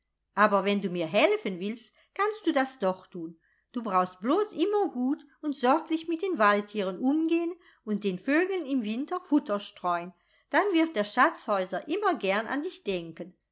aber wenn du mir helfen willst kannst du das doch tun du brauchst blos immer gut und sorglich mit den waldtieren umgehn und den vögeln im winter futter streun dann wird der schatzhäuser immer gern an dich denken